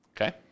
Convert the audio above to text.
Okay